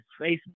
Facebook